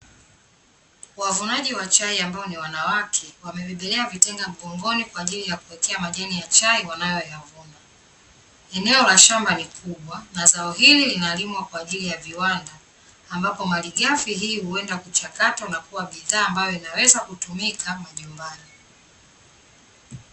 Wavunaji wa chai ambao ni wanawake, wamebebelea vitenga mgongoni kwa ajili ya kuwekea majani ya chai wanayoyavuna. Eneo la shamba ni kubwa na zao hili linalimwa kwa ajili ya viwanda, ambapo malighafi hii huenda kuchakatwa na kuwa bidhaa ambayo inaweza kutumika majumbani.